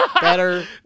better